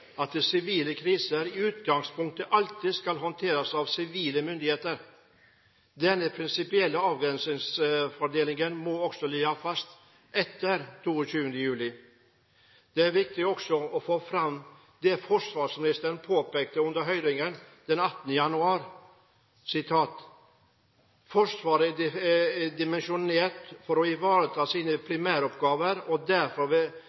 at sivile kriser i utgangspunktet alltid skal håndheves av sivile myndigheter. Denne prinsipielle ansvarsfordelingen må også ligge fast etter 22. juli. Det er viktig også å få fram det forsvarsministeren påpekte under høringen den 18. januar: «Forsvaret er dimensjonert for å ivareta sine primæroppgaver, og